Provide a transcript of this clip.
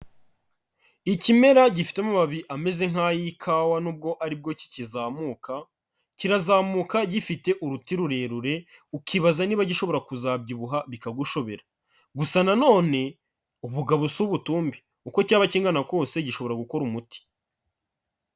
Ikimera gifite amababi ameze nk'ay'ikawa nubwo ari bwo kikizamuka, kirazamuka gifite uruti rurerure ukibaza niba gishobora kuzabyibuha bikagushobera. Gusa nanone ubugabo si ubutumbi uko cyaba kingana kose gishobora gukora umuti.